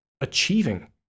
achieving